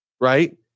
right